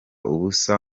ubusa